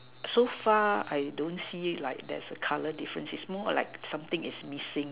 so far I don't see like there's a colour difference is more like something is missing